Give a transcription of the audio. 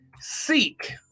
seek